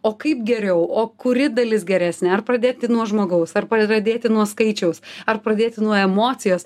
o kaip geriau o kuri dalis geresnė ar pradėti nuo žmogaus ar pradėti nuo skaičiaus ar pradėti nuo emocijos